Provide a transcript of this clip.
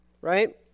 right